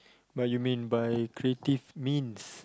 but you mean by creative means